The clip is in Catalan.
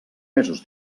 mesos